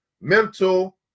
mental